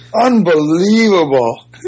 Unbelievable